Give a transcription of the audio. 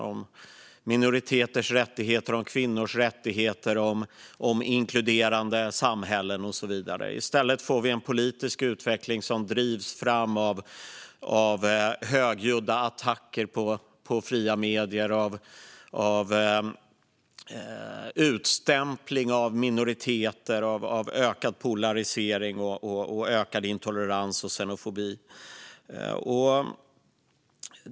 Det gäller minoriteters rättigheter, kvinnors rättigheter, inkluderande samhällen och så vidare. I stället får vi en politisk utveckling som drivs fram av högljudda attacker på fria medier, av utstämpling av minoriteter, av ökad polarisering och av ökad intolerans och xenofobi.